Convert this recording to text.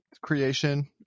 creation